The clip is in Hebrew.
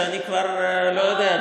שאני כבר לא יודע,